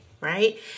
right